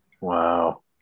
Wow